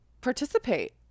participate